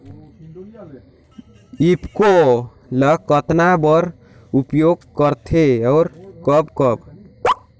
ईफको ल कतना बर उपयोग करथे और कब कब?